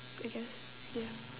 I guess ya